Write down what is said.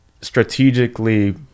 strategically